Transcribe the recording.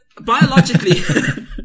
biologically